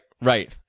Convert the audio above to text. right